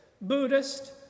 Buddhist